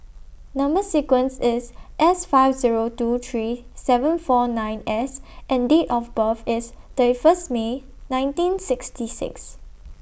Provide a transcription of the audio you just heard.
Number sequence IS S five Zero two three seven four nine S and Date of birth IS thirty First May nineteen sixty six